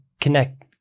connect